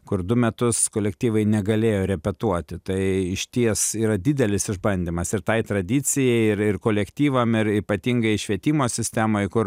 kur du metus kolektyvai negalėjo repetuoti tai išties yra didelis išbandymas ir tai tradicijai ir ir kolektyvam ir ypatingai švietimo sistemai kur